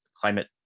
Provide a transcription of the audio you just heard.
climate